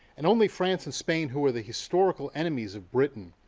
and only france and spain, who were the historical enemies of britain,